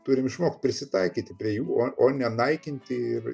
turim išmokt prisitaikyti prie jų o o ne naikinti ir